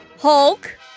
Hulk